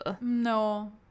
no